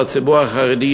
לציבור החרדי,